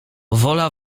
wola